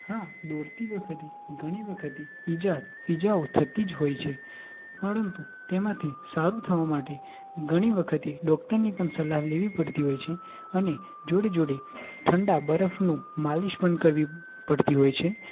હા દોડતી વખતે ઘણી વખતે ઈજા ઈજાઓ થતી જ હોય છે પરંતુ તેમાંથી સારું થવા માટે ઘણી વખતે ડોક્ટરની પણ સલાહ લેવી પડતી હોય છે અને જોડે જોડે ઠંડા બરફનું માલીશ પણ કરવી પડતી હોય છે